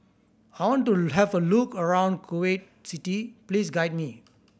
how want to have a look around Kuwait City please guide me